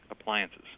appliances